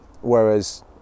whereas